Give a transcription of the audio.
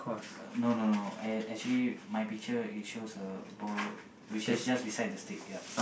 uh no no no act~ actually my picture it shows a ball which is just beside the stick ya